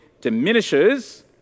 diminishes